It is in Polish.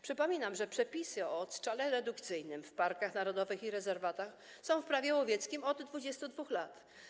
Przypominam, że przepisy o odstrzale redukcyjnym w parkach narodowych i rezerwatach są w Prawie łowieckim od 22 lat.